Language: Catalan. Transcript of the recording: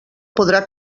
podrà